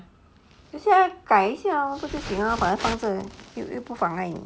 就是要改一下不就行了把他放着又不妨碍你